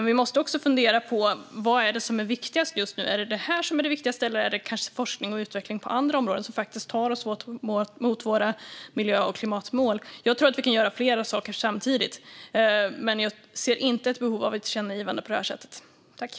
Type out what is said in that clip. Vi måste dock fundera på vad som är viktigast just nu: Är det detta som är det viktigaste, eller är det kanske forskning och utveckling på andra områden som faktiskt tar oss mot våra miljö och klimatmål? Jag tror att vi kan göra flera saker samtidigt, men jag ser inte ett behov av ett tillkännagivande på detta område.